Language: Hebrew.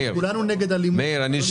מאיר.